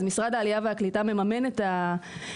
אז משרד העלייה והקליטה מממן את הדלתא,